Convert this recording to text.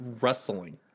wrestling